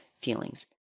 feelings